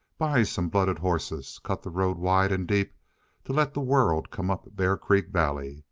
buy some blooded horses, cut the road wide and deep to let the world come up bear creek valley,